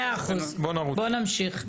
מאה אחוז, בואו נמשיך.